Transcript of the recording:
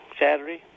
Saturday